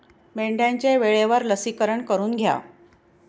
मेंढ्यांचे वेळेवर लसीकरण करून घ्या